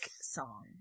song